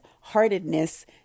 heartedness